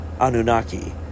Anunnaki